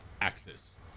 axis